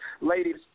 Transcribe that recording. Ladies